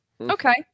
Okay